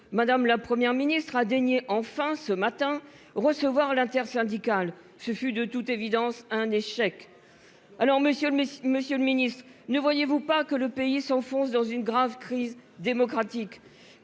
madame, la Première ministre a Denier enfin ce matin recevoir l'intersyndicale ce fut de toute évidence un échec. Alors monsieur le Monsieur le Ministre ne voyez-vous pas que le pays s'enfonce dans une grave crise démocratique